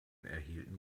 erhielten